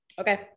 Okay